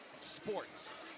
Sports